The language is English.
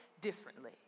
differently